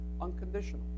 unconditional